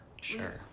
Sure